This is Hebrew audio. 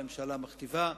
הממשלה מכתיבה.